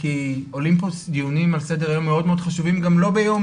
כי עולים פה דיונים על סדר היום מאוד חשובים לכם לא ביום